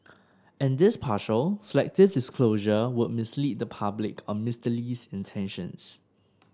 and this partial selective disclosure would mislead the public on Mister Lee's intentions